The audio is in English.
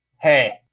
hey